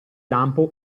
lampo